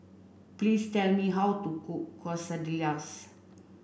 please tell me how to cook Quesadillas